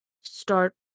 start